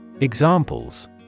Examples